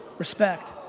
respect.